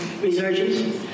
resurgence